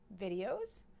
videos